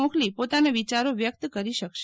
મોકલી પોતાના વિચારો વ્યક્ત કરી શકશે